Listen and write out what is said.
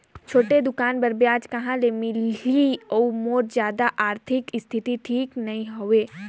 छोटे दुकान बर ब्याज कहा से मिल ही और मोर जादा आरथिक स्थिति ठीक नी हवे?